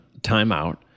timeout